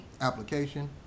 application